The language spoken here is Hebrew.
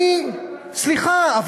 סליחה,